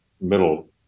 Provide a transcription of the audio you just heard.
middle